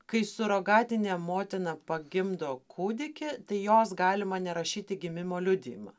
kai surogatinė motina pagimdo kūdikį tai jos galima nerašyti į gimimo liudijimą